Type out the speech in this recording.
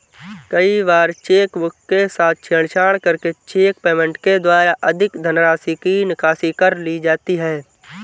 कई बार चेकबुक के साथ छेड़छाड़ करके चेक पेमेंट के द्वारा अधिक धनराशि की निकासी कर ली जाती है